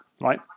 right